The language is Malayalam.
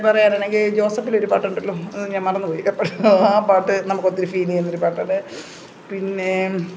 പറയാനാണെങ്കിൽ ജോസഫിലെ ഒരു പാട്ടുണ്ടല്ലോ അത് ഞാൻ മറന്നു പോയി ആ പാട്ട് നമുക്ക് ഒത്തിരി ഫീല് ചെയ്യുന്നൊരു പാട്ടാണ് പിന്നെ